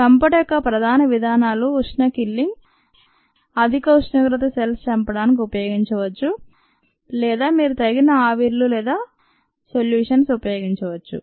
చంపుట యొక్క ప్రధాన విధానాలు ఉష్ణ కిల్లింగ్ అధిక ఉష్ణోగ్రత సెల్స్ చంపడానికి ఉపయోగించవచ్చు లేదా మీరు తగిన ఆవిర్లు లేదా సోలుషన్స్ ఉపయోగించవచ్చు